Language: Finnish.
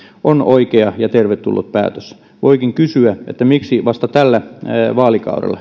on oikea ja tervetullut päätös voikin kysyä miksi vasta tällä vaalikaudella